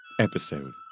episode